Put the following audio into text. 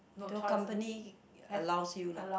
to your company allows you lah